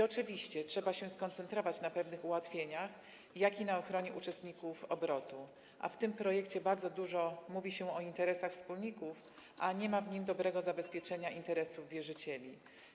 Oczywiście trzeba się skoncentrować zarówno na pewnych ułatwieniach, jak i na ochronie uczestników obrotu, a w tym projekcie bardzo dużo mówi się o interesach wspólników, a nie ma w nim dobrego zabezpieczenia interesów wierzycieli.